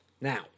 Now